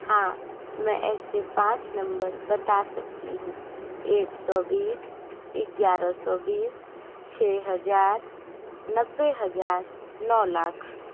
हाँ मैं ऐसे पाँच नंबर बता सकती हूँ एक सौ बीस ग्यारह सौ बीस छः हजार नब्बे हजार नौ लाख